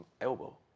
elbow